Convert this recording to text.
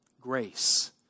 grace